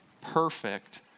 perfect